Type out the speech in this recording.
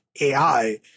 AI